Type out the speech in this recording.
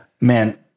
Man